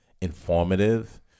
informative